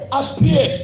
appear